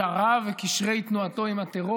על קשריו וקשרי תנועתו עם הטרור.